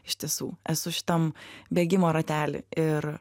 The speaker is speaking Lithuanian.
iš tiesų esu šitam bėgimo rately ir